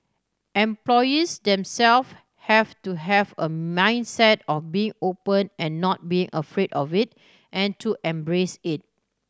employees themselves have to have a mindset of being open and not being afraid of it and to embrace it